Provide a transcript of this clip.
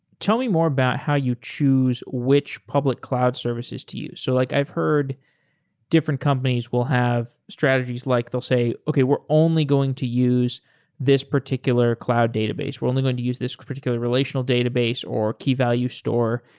tell me more about how you choose which public cloud services to use. so like i've heard different companies will have strategies like they'll say, okay. we're only going to use this particular cloud database. we're only going to use this particular relational database or keyvalue store.